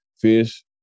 fish